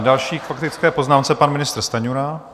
Další k faktické poznámce pan ministr Stanjura.